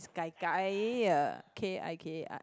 is gai gai uh K I K I